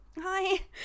hi